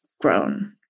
grown